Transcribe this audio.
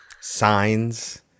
signs